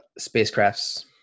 spacecrafts